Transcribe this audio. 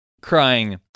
crying